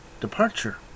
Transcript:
Departure